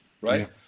right